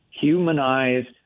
humanized